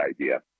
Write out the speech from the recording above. idea